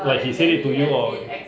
like he said it to you or